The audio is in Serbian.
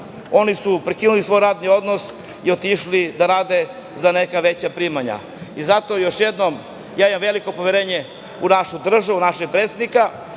oni su prekinuli svoj radni odnos i otišli da rade za neka veća primanja. Zato, još jednom, ja imam veliko poverenje u našu državu, u našeg predsednika,